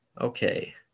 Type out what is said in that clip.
Okay